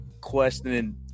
questioning